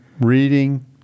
reading